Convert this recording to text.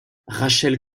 rachel